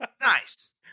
nice